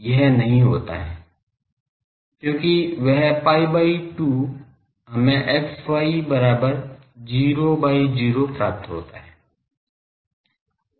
यह नहीं होता है क्योंकि वह pi by 2 हमें fy बराबर 0 by 0 प्राप्त होता है